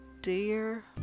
dear